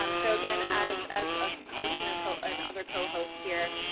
um so again, as as a host and co and other co host here.